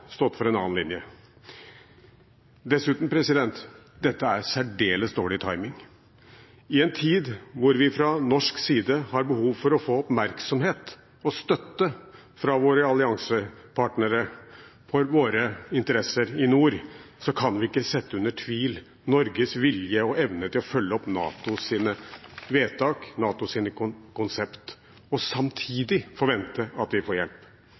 stått for en annen linje. Dessuten: Dette er særdeles dårlig timing. I en tid da vi fra norsk side har behov for å få oppmerksomhet og støtte fra våre alliansepartnere for våre interesser i nord, kan vi ikke så tvil om Norges vilje og evne til å følge opp NATOs vedtak, NATOs konsept, og samtidig forvente at vi får hjelp.